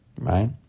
right